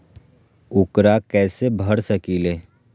ऊकरा कैसे भर सकीले?